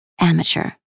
Amateur